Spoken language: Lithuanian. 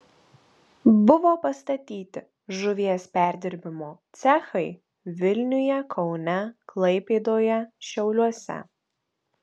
buvo pastatyti žuvies perdirbimo cechai vilniuje kaune klaipėdoje šiauliuose